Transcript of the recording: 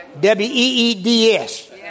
W-E-E-D-S